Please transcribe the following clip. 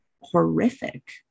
horrific